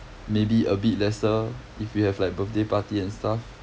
maybe a bit lesser if you have like birthday party and stuff